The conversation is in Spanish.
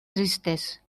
tristes